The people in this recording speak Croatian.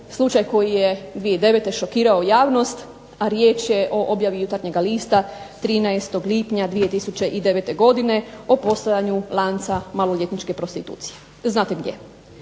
slučaj koji je 2009. šokirao javnost, a riječ je o objavi Jutarnjeg lista 13. lipnja 2009. godine o postojanju lanca maloljetničke prostitucije, znate gdje.